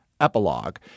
epilogue